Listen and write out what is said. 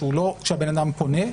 שהוא לא שהבן-אדם פונה,